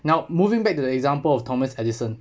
now moving back to the example of thomas edison